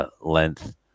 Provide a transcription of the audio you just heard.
length